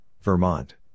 Vermont